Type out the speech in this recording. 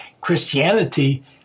Christianity